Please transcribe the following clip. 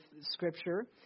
Scripture